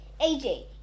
AJ